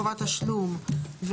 חובת תשלום,